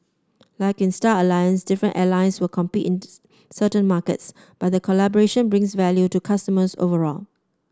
like in Star Alliance different airlines will compete in this certain markets but the collaboration brings value to customers overall